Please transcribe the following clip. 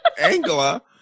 Angela